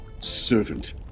servant